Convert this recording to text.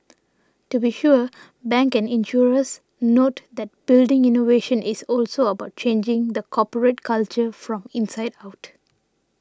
to be sure banks and insurers note that building innovation is also about changing the corporate culture from inside out